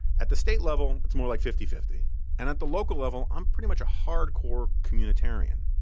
at the state level, it's more like fifty fifty and at the local level, i'm pretty much a hardcore communitarian.